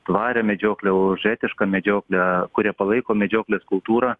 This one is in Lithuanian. tvarią medžioklę už etišką medžioklę kurie palaiko medžioklės kultūrą